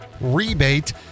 rebate